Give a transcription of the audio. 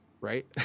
right